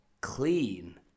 clean